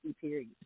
period